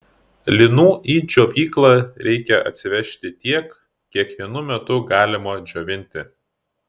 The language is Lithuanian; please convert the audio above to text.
linų į džiovyklą reikia atsivežti tiek kiek vienu metu galima džiovinti